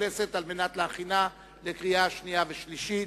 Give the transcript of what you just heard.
הכנסת על מנת להכינה לקריאה שנייה וקריאה שלישית.